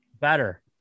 Better